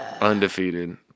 undefeated